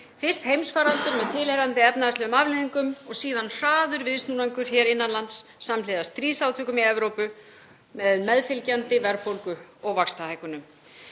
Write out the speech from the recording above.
fyrst heimsfaraldur með tilheyrandi efnahagslegum afleiðingum og síðan hraður viðsnúningur hér innan lands samhliða stríðsátökum í Evrópu með meðfylgjandi verðbólgu og vaxtahækkunum.